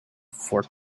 for